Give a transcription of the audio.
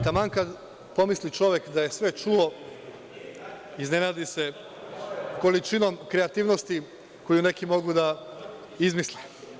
Taman kad pomisli čovek da je sve čuo, iznenadi se količinom kreativnosti koju neki mogu da izmisle.